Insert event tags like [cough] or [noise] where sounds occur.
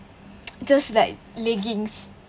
[noise] just like leggings